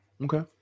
Okay